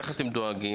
אז איך אתם דואגים לזה?